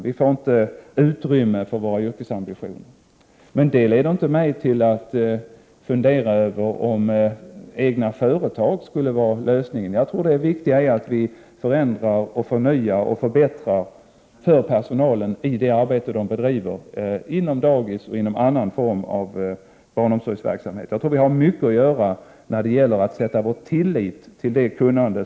Vi får inte utrymme för våra yrkesambitioner. Sådant leder dock inte till att jag funderar på om egenföretag skulle vara lösningen. Jag tror att det viktiga är att förändra, förnya och förbättra när det gäller personalens arbete på dagis och inom barnomsorgsverksamhet av annat slag. Jag tror också att det återstår mycket för oss när det gäller att ha tillit till personalens kunnande.